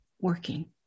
working